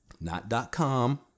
not.com